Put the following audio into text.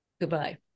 Goodbye